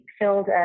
filled